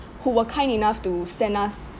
who were kind enough to send us